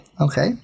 Okay